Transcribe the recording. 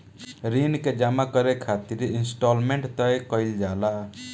ऋण के जामा करे खातिर इंस्टॉलमेंट तय कईल जाला